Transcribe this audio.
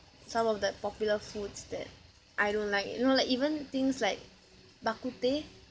some of the popular foods that I don't like you know like even things like bak kut teh